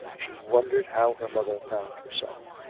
she won dered how her mother found herself.